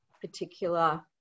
particular